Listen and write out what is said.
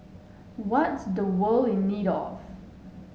what is the world in need of